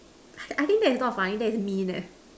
I I think that is not funny that is mean leh